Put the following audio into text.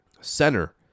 Center